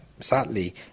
Sadly